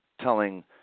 telling